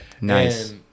Nice